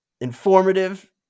informative